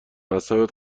اعصابت